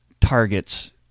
targets